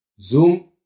Zoom